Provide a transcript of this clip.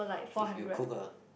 if you cook ah